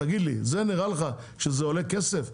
נראה לך שזה עולה כסף?